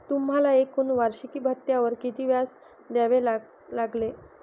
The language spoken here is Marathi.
तुम्हाला एकूण वार्षिकी भत्त्यावर किती व्याज द्यावे लागले